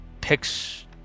picks